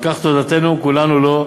על כך תודתנו כולנו לו,